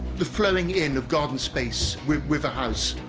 the flowing in of garden space with with a house